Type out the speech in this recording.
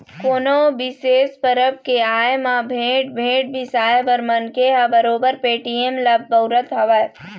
कोनो बिसेस परब के आय म भेंट, भेंट बिसाए बर मनखे ह बरोबर पेटीएम ल बउरत हवय